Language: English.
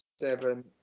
seven